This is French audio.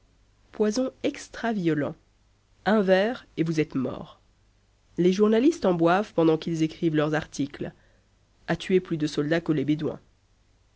poison extra violent un verre et vous êtes mort les journalistes en boivent pendant qu'ils écrivent leurs articles a tué plus de soldats que les bédouins